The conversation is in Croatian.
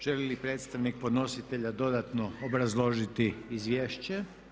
Želi li predstavnik podnositelja dodatno obrazložiti izvješće?